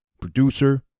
Producer